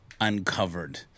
uncovered